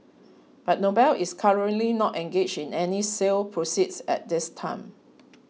but Noble is currently not engaged in any sale process at this time